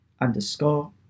underscore